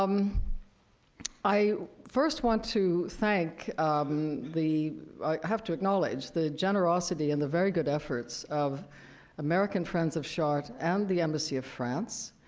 um i first want to thank the i have to acknowledge the generosity and the very good efforts of american friends of chartres and the embassy of france.